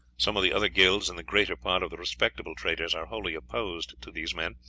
some of the other guilds and the greater part of the respectable traders are wholly opposed to these men.